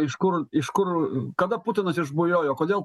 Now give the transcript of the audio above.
iš kur iš kur kada putinas išbujojo kodėl